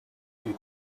due